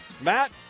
Matt